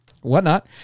Whatnot